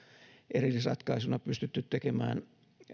erillisratkaisuina pystytty tekemään